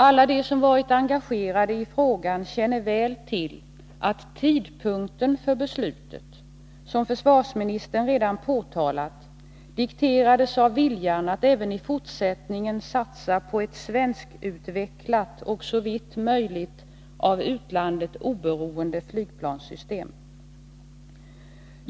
Alla de som varit engagerade i frågan känner väl till att tidpunkten för beslutet, som försvarsministern redan påtalat, dikterades av viljan att även i fortsättningen satsa på ett svenskutvecklat och såvitt möjligt av utlandet oberoende flygplanssystem.